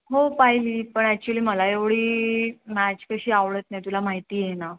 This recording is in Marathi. हो पाहिली पण ॲक्च्युली मला एवढी मॅच तशी आवडत नाही तुला माहिती आहे ना